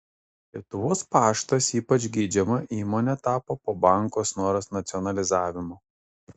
lietuvos paštas ypač geidžiama įmone tapo po banko snoras nacionalizavimo